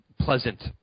pleasant